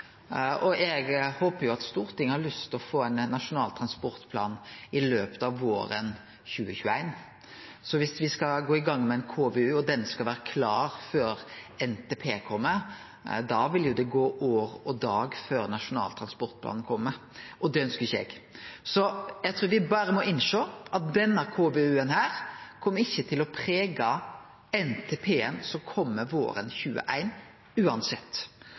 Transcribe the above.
og eg håper jo at Stortinget har lyst til å få ein nasjonal transportplan i løpet av våren 2021. Dersom me skal gå i gang med ein KVU, og den skal vere klar før NTP kjem, vil det jo gå år og dag før Nasjonal transportplan kjem, og det ønskjer ikkje eg. Så eg trur me berre må innsjå at denne KVU-en ikkje kjem til å prege NTP-en som kjem våren 2021 uansett,